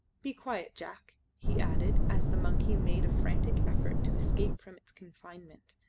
be quiet, jack, he added, as the monkey made a frantic effort to escape from its confinement.